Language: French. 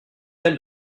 tel